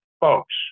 folks